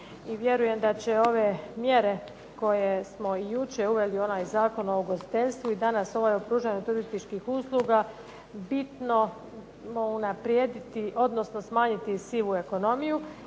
vjerujem da će ove mjere koje smo jučer uveli u onaj Zakon o ugostiteljstvu i danas u ovaj o pružanju turističkih usluga bitno unaprijediti odnosno